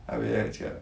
abeh aku cakap